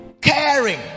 caring